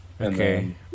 Okay